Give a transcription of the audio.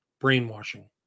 brainwashing